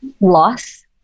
Loss